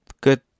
good